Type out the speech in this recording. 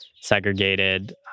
segregated